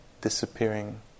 disappearing